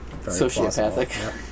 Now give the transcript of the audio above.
sociopathic